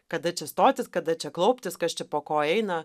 kada čia stotis kada čia klauptis kas čia po ko eina